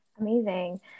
amazing